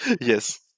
Yes